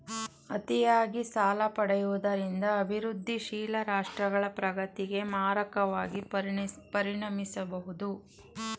ಅತಿಯಾಗಿ ಸಾಲ ಪಡೆಯುವುದರಿಂದ ಅಭಿವೃದ್ಧಿಶೀಲ ರಾಷ್ಟ್ರಗಳ ಪ್ರಗತಿಗೆ ಮಾರಕವಾಗಿ ಪರಿಣಮಿಸಬಹುದು